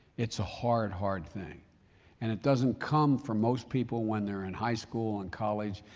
it's a hard, hard thing and it doesn't come for most people when they're in high school and college,